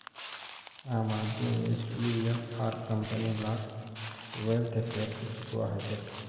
आम आदमी एचयूएफ आर कंपनी लाक वैल्थ टैक्स चुकौव्वा हछेक